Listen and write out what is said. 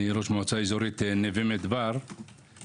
אני ראש מועצה אזורית נווה מדבר שנמצאת